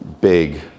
big